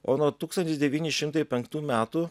o nuo tūkstantis devyni šimtai penktų metų